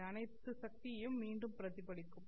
இது அனைத்து சக்தியையும் மீண்டும் பிரதிபலிக்கும்